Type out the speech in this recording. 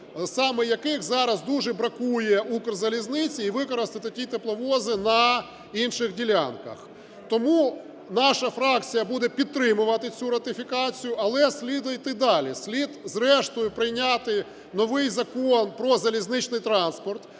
саме яких зараз дуже бракує "Укрзалізниці", і використати ті тепловози на інших ділянках. Тому наша фракція буде підтримувати цю ратифікацію, але слідуйте далі: слід зрештою прийняти новий Закон про залізничний транспорт,